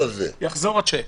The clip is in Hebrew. יחזור השיק.